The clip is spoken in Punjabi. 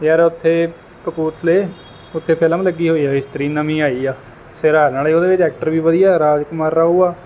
ਯਾਰ ਉੱਥੇ ਕਪੂਰਥਲੇ ਉੱਥੇ ਫਿਲਮ ਲੱਗੀ ਹੋਈ ਹੈ ਇਸਤਰੀ ਨਵੀਂ ਆਈ ਆ ਸਿਰਾ ਨਾਲੇ ਉਹਦੇ ਵਿੱਚ ਐਕਟਰ ਵੀ ਵਧੀਆ ਰਾਜਕੁਮਾਰ ਰਾਓ ਆ